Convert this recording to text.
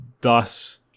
thus